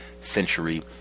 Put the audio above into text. century